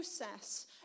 process